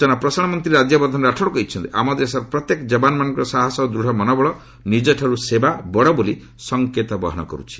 ସୂଚନା ପ୍ରସାରଣ ମନ୍ତ୍ରୀ ରାଜ୍ୟବର୍ଦ୍ଧନ ରାଠୋର କହିଛନ୍ତି ଆମ ଦେଶର ପ୍ରତ୍ୟେକ ଜବାନମାନଙ୍କର ସାହସ ଓ ଦୃଢ଼ ମନୋବଳ ନିଜଠାରୁ ସେବା ବଡ଼ ବୋଲି ସଂକେତ ବହନ କରୁଛି